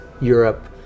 Europe